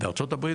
בארצות הברית